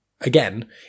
again